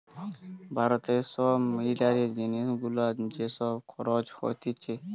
ভারতে সব মিলিটারি জিনিস গুলার যে সব খরচ হতিছে